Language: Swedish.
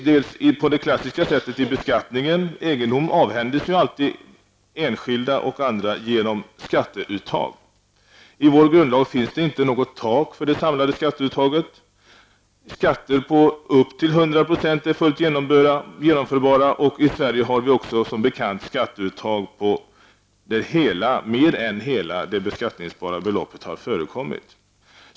Det klassiska exemplet är beskattningen: egendom avhänds enskilda och andra genom skatteuttag. I vår grundlag föreskrivs inte något tak för det samlade skatteuttaget. Skatter upp till 100 % är fullt genomförbara, och i Sverige har som bekant skatteuttag på mer än hela den beskattningsbara inkomsten förekommit.